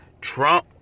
trump